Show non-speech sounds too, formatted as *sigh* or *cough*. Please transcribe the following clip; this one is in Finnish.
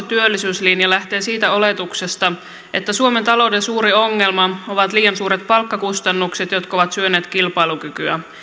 *unintelligible* työllisyyslinja lähtee siitä oletuksesta että suomen talouden suuri ongelma ovat liian suuret palkkakustannukset jotka ovat syöneet kilpailukykyä